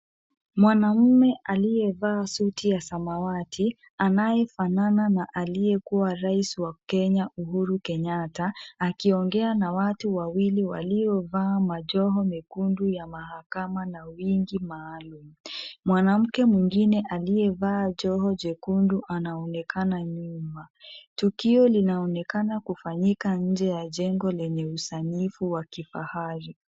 Mwanaume aliyevaa suti ya samawati anayefanana na aliyekuwa rais wa Kenya Uhuru Kenyatta akiongea na watu wawili waliovaa majoho mekundu ya mahakama na wig maalum. Mwanamke mwingine aliyevaa joho jekundu anaonekana nyuma. Tukio linaonekana kufanyika nje ya jengo lenye usanifu wa kifahari.